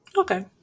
okay